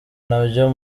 nabyo